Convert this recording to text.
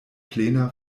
plena